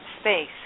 space